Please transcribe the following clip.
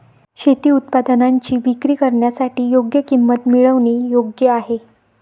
शेती उत्पादनांची विक्री करण्यासाठी योग्य किंमत मिळवणे योग्य आहे